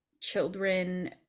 children